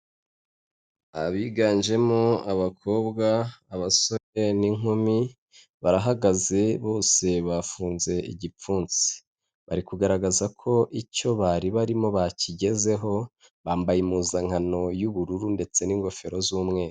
Abiganjemo abakobwa, abasore n'inkumi barahagaze bose bafunze igipfunsi bari kugaragaza ko icyo bari barimo bakigezeho bambaye impuzankano y'ubururu ndetse n'ingofero z'umweru.